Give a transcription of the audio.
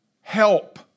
Help